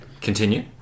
Continue